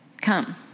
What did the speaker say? come